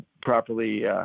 properly